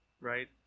right